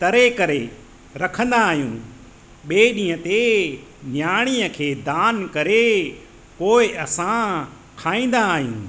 तरे करे रखंदा आहियूं ॿिए ॾींहं ते नियाणीअ खे दान करे पोएं असां खाईंदा आहियूं